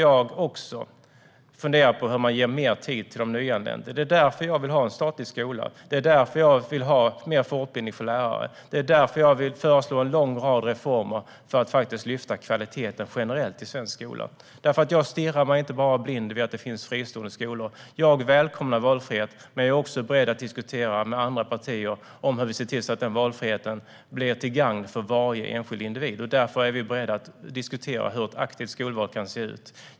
Jag funderar även på hur man ger mer tid till de nyanlända. Därför vill jag ha en statlig skola och mer fortbildning för lärare. Jag föreslår även en lång rad reformer för att lyfta kvaliteten generellt i svensk skola. Jag stirrar mig inte blind bara på att det finns fristående skolor, utan jag välkomnar valfrihet. Men jag är också beredd att med andra partier diskutera hur vi ser till att denna valfrihet blir till gagn för varje enskild individ. Därför är vi beredda att diskutera hur ett aktivt skolval kan se ut.